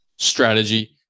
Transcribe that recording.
strategy